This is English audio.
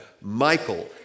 Michael